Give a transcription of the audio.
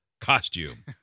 costume